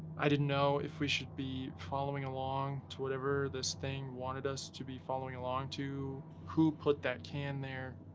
i didn't know if we should be following along to whatever this thing wanted us to be following along to, who put that can there,